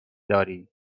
داری